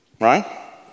right